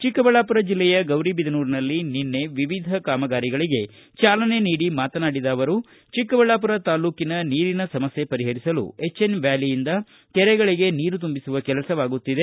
ಚಿಕ್ಕಬಳ್ಳಾಪುರ ಜೆಲ್ಲೆಯ ಗೌರಿಬಿದನೂರಿನಲ್ಲಿ ನಿನ್ನೆ ವಿವಿಧ ಕಾಮಗಾರಿಗಳಿಗೆ ಚಾಲನೆ ನೀಡಿ ಮಾತನಾಡಿದ ಅವರು ಚಿಕ್ಕಬಳ್ಳಾಪುರ ತಾಲೂಕಿನ ನೀರಿನ ಸಮಸ್ಥೆ ಪರಿಹರಿಸಲು ಎಚ್ ಎನ್ ವ್ಯಾಲಿಯಿಂದ ಕೆರೆಗಳಿಗೆ ನೀರು ತುಂಬಿಸುವ ಕೆಲಸವಾಗುತ್ತಿದೆ